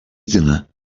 dinner